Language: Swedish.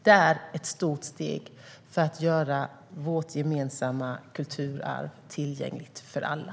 Det är ett stort steg för att göra vårt gemensamma kulturarv tillgängligt för alla.